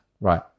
Right